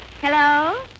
Hello